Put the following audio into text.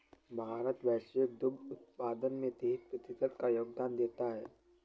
भारत वैश्विक दुग्ध उत्पादन में तेईस प्रतिशत का योगदान देता है